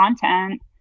content